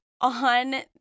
on